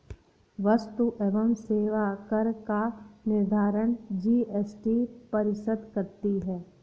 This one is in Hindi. वस्तु एवं सेवा कर का निर्धारण जीएसटी परिषद करती है